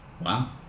Wow